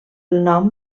nom